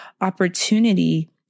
opportunity